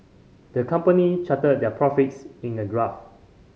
the company charted their profits in a graph